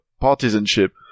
partisanship